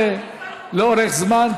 אל תיקח את זה לאורך זמן,